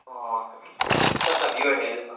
ꯑꯣ ꯆꯠꯅꯕꯤ ꯑꯣꯏꯔꯦ ꯑꯗꯨꯗꯣ